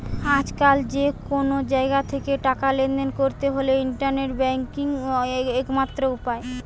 আজকাল যে কুনো জাগা থিকে টাকা লেনদেন কোরতে হলে ইন্টারনেট ব্যাংকিং একমাত্র উপায়